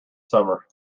summer